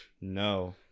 No